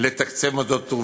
לתקצב מוסדות פטור.